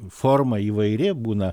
forma įvairi būna